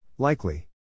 Likely